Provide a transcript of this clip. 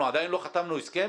אנחנו עדיין לא חתמנו הסכם?